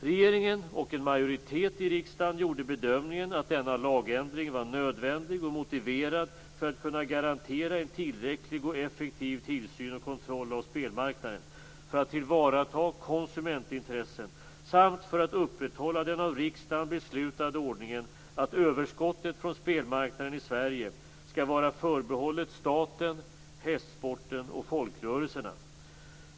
Regeringen och en majoritet i riksdagen gjorde bedömningen att denna lagändring var nödvändig och motiverad för att kunna garantera en tillräcklig och effektiv tillsyn och kontroll av spelmarknaden, för att tillvarata konsumentintressen samt för att upprätthålla den av riksdagen beslutade ordningen att överskottet från spelmarknaden i Sverige skall vara förbehållet staten, hästsporten och folkrörelserna.